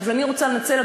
אבל אני רוצה לנצל,